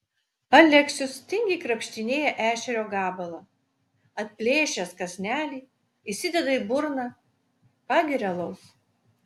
aleksius tingiai krapštinėja ešerio gabalą atplėšęs kąsnelį įsideda į burną pageria alaus